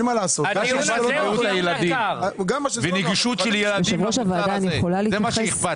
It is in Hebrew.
מה שאכפת לי זאת הנגישות של ילדים למוצר הזה.